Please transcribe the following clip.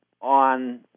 on